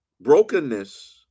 brokenness